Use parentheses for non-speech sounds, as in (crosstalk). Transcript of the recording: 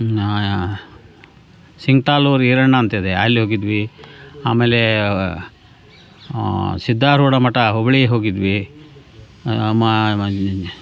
ಹಾಂ ಸಿಂಗ್ಟಾಲೂರು ಈರಣ್ಣ ಅಂತಿದೆ ಅಲ್ಲಿ ಓಗಿದ್ವಿ ಆಮೇಲೆ ಸಿದ್ಧಾರೂಢ ಮಠ ಹುಬ್ಳಿಗೆ ಹೋಗಿದ್ವಿ (unintelligible)